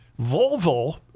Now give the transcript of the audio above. Volvo